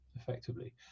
effectively